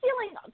feeling